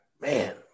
Man